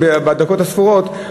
בדקות הספורות,